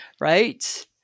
Right